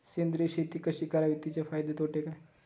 सेंद्रिय शेती कशी करावी? तिचे फायदे तोटे काय?